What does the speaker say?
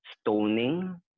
stoning